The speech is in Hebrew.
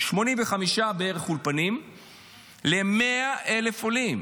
בערך 85 אולפנים ל-100,000 עולים,